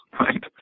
right